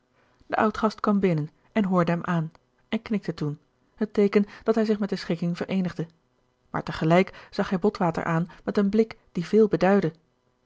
de oudgast kwam binnen en hoorde hem aan en knikte toen ten teeken dat hij zich met de schikking vereenigde maar te gelijk zag hij botwater aan met een blik die veel beduidde